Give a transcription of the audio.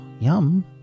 Yum